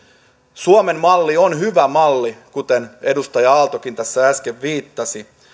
suomen malli on hyvä malli kuten edustaja aaltokin tässä äsken viittasi